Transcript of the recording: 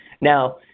Now